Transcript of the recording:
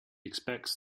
expects